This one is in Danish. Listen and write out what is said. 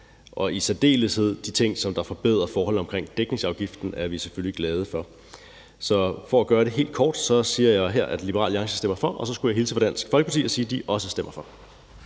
Og i særdeleshed de ting, som forbedrer forholdene omkring dækningsafgiften, er vi selvfølgelig glade for. Så for at gøre det helt kort siger jeg her, at Liberal Alliance stemmer for. Og så skulle jeg hilse fra Dansk Folkeparti og sige, at de også stemmer for.